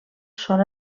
són